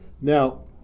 Now